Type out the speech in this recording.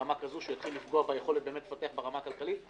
ברמה כזו שהיא תתחיל לפגוע ביכולת באמת לפתח ברמה הכלכלית,